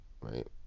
right